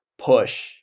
push